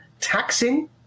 taxing